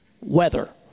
weather